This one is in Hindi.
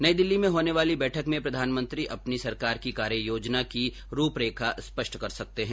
नई दिल्ली में होने वाली बैठक में प्रधानमंत्री अपनी सरकार की कार्ययोजना की रूपरेखा स्पष्ट कर सकते है